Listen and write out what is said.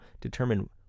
determine